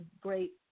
great